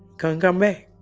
couldn't come back,